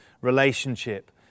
relationship